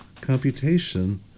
computation